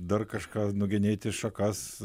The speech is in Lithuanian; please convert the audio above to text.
dar kažką nugenėti šakas